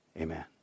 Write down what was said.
Amen